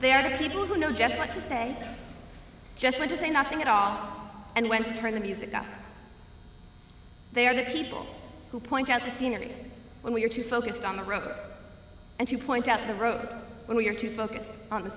they are the people who know just what to say just want to say nothing at all and when to turn the music up they are the people who point out the scenery when we are too focused on the road and to point out the road when we are too focused on the